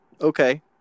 Okay